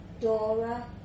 Dora